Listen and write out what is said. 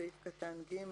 בסעיף קטן (ג)